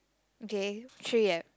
okay three eh